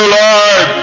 lord